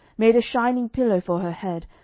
made a shining pillow for her head,